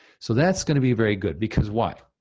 so that's gonna be very good because why?